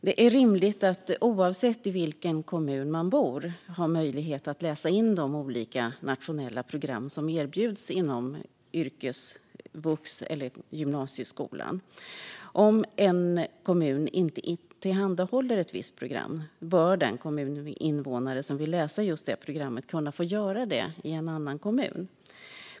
Det är rimligt att man, oavsett i vilken kommun man bor, har möjlighet att läsa in de olika nationella program som erbjuds inom yrkesvux eller gymnasieskolan. Om en kommun inte tillhandahåller ett visst program bör den kommuninvånare som vill läsa just det programmet kunna få göra det i en annan kommun.